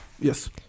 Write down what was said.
Yes